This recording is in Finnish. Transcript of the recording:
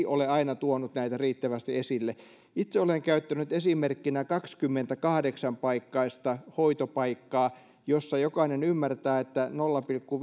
ole aina tuonut näitä riittävästi esille itse olen käyttänyt esimerkkinä kaksikymmentäkahdeksan paikkaista hoitopaikkaa jossa jokainen ymmärtää että nolla pilkku